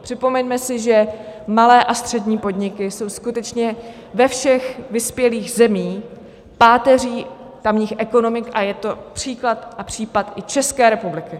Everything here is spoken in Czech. Připomeňme si, že malé a střední podniky jsou skutečně ve všech vyspělých zemích páteří tamních ekonomik, a je to případ i České republiky.